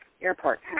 airport